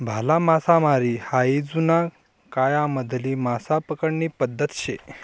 भाला मासामारी हायी जुना कायमाधली मासा पकडानी पद्धत शे